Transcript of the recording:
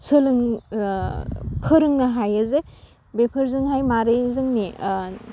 सोलों फोरोंनो हायोजे बेफोरजोंहाय मारै जोंनि